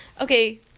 Okay